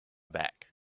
back